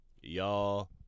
y'all